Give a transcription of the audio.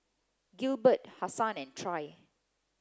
Gilbert Hassan and Trey